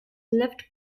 left